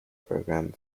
programme